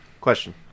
question